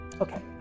Okay